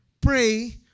pray